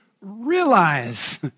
realize